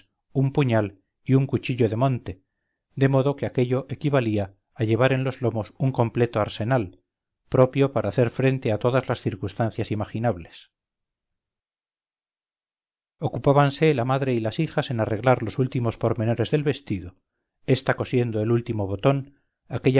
un puñal y un cuchillo de monte de modo que aquello equivalía a llevar en los lomos un completo arsenal propio para hacer frente a todas las circunstancias imaginables ocupábanse la madre y las hijas en arreglar los últimos pormenores del vestido esta cosiendo el último botón